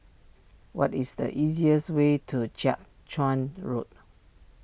what is the easiest way to Jiak Chuan Road